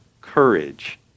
courage